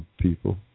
people